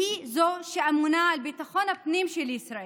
והיא זו שאמונה על ביטחון הפנים של ישראל.